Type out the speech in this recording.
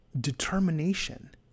determination